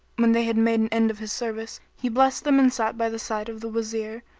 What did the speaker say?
when they had made an end of his service, he blessed them and sat by the side of the wazir,